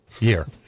year